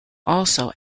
also